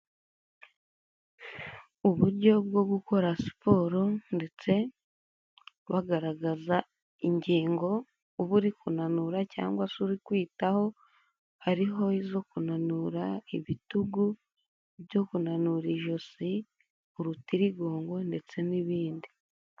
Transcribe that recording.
Uburyo bwo gukora siporo ndetse bagaragaza ingingo uba uri kunanura cyangwa se uri kwitaho, hariho izo kunanura ibitugu, ibyo kunanura ijosi, urutirigongo ndetse n'ibindi.